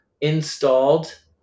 Installed